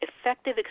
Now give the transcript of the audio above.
effective